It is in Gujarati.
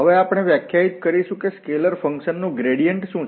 હવે આપણે વ્યાખ્યાયિત કરીશું કે સ્કેલર ફંકશન નુ ગ્રેડિયેન્ટ શું છે